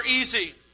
easy